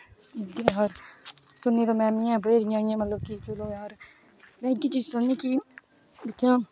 ते में बतेहरिया में इयै सनानी कि दिक्खया